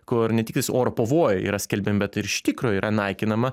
kur ne tiktais oro pavojai yra skelbiami bet ir iš tikro yra naikinama